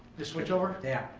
the switch over? yeah.